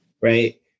right